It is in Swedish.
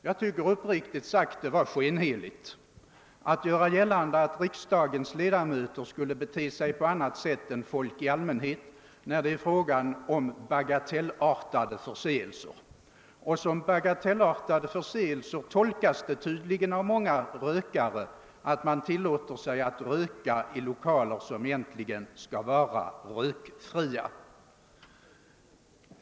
Jag tycker uppriktigt sagt att det var skenheligt att göra gällande att riksdagens ledamöter skulle bete sig på ett annat sätt än folk i allmänhet när det är fråga om bagatellartade förseelser — och såsom bagatellartade förseelser uppfattas det tydligen av många rökare att de tilllåter sig röka i lokaler som egentligen skall vara rökfria.